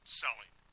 selling